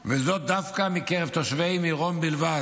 וזאת דווקא מקרב תושבי מירון בלבד,